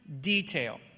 detail